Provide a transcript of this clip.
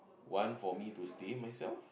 one for me to stay myself